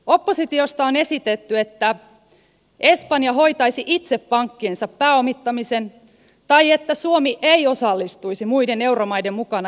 oppositiosta on esitetty että espanja hoitaisi itse pankkiensa pääomittamisen tai että suomi ei osallistuisi muiden euromaiden mukana espanjan lainoittamiseen